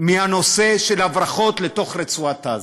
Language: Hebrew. מהנושא של הברחות לתוך רצועת-עזה.